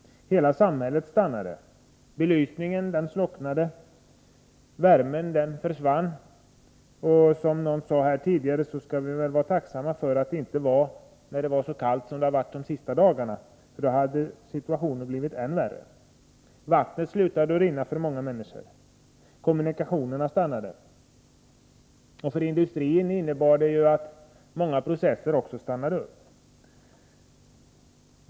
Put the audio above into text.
Hela samhället stannade. Belysningen slocknade. Värmen försvann. Som Per Stenmarck tidigare sade skall vi vara tacksamma för att det inte var så kallt som det har varit de senaste dagarna. Då hade situationen blivit än värre. Vattnet slutade att rinna för många människor. Kommunikationerna stannade, och i industrin stannade många processer.